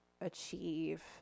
achieve